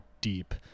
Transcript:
Deep